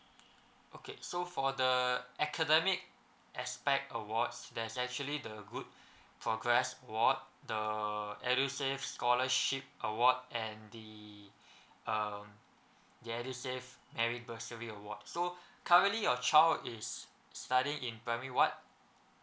okay so for the academic aspect awards there's actually the good progress award the edusave scholarship award and the um the edusave merit bursary award so currently your child is studying in primary what